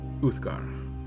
Uthgar